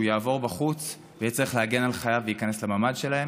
יעבור בחוץ ויצטרך להגן על חייו ולהיכנס לממ"ד שלהם.